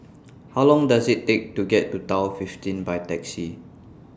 How Long Does IT Take to get to Tower fifteen By Taxi